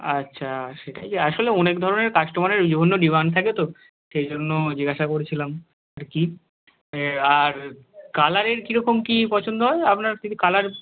আচ্ছা সেটাই আসলে অনেক ধরনের কাস্টমারের বিভিন্ন ডিমান্ড থাকে তো সেই জন্য জিজ্ঞাসা করছিলাম আর কি আর কালারের কী রকম কী পছন্দ হয় আপনার কালার